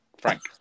Frank